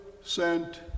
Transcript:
sent